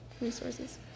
resources